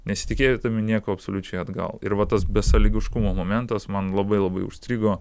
nesitikėdami nieko absoliučiai atgal ir va tas besąlygiškumo momentas man labai labai užstrigo